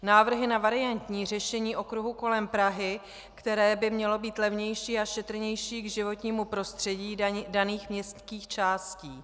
Návrhy na variantní řešení okruhu kolem Prahy, které by mělo být levnější a šetrnější k životnímu prostředí daných městských částí.